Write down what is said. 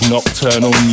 Nocturnal